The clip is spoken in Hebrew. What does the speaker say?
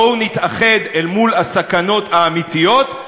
בואו נתאחד אל מול הסכנות האמיתיות,